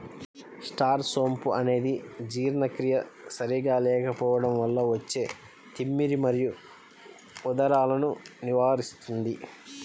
star సోంపు అనేది జీర్ణక్రియ సరిగా లేకపోవడం వల్ల వచ్చే తిమ్మిరి మరియు ఉదరాలను నివారిస్తుంది